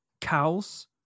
cows